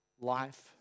life